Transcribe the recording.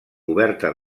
coberta